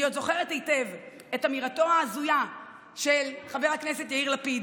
אני עוד זוכרת היטב את אמירתו ההזויה של חבר הכנסת יאיר לפיד: